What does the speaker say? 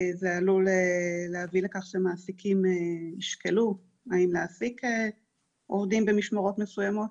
זה עלול להביא לכך שמעסיקים ישקלו האם להעסיק עובדים במשמרות מסוימות.